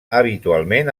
habitualment